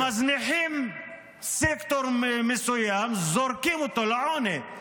כאשר מזניחים סקטור מסוים, זורקים אותו לעוני.